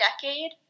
decade